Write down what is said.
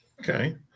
Okay